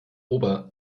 ober